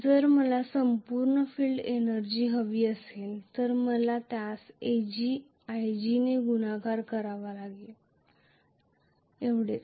जर मला संपूर्ण फील्ड एनर्जी हवी असेल तर मला त्यास Aglg ने गुणाकार करावे लागेल एवढेच